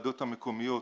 בוועדות המקומיות